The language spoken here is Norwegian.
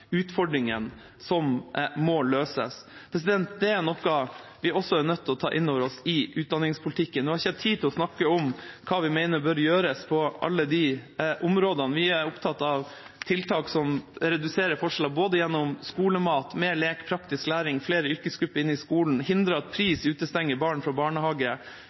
som må løses. Det er noe vi også er nødt til å ta inn over oss i utdanningspolitikken. Nå har jeg ikke tid til å snakke om hva vi mener bør gjøres på alle disse områdene. Vi er opptatt av tiltak som reduserer forskjeller, både gjennom skolemat, mer lek, praktisk læring og flere yrkesgrupper inn i skolen og gjennom å hindre at pris utestenger barn fra barnehage